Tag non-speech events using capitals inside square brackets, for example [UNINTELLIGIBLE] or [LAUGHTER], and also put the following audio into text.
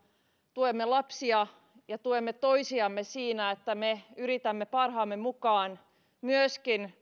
tuemme lapsia ja tuemme toisiamme siinä että me yritämme parhaamme mukaan myöskin [UNINTELLIGIBLE]